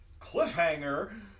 Cliffhanger